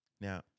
now